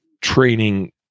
training